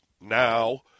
now